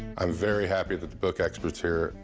i'm very happy that the book expert's here.